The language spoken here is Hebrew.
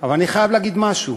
אבל אני חייב להגיד משהו: